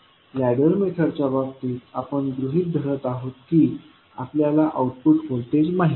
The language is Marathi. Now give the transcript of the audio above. लॅडर मेथडच्या बाबतीत आपण गृहित धरत आहोत की आपल्याला आउटपुट व्होल्टेज माहित आहे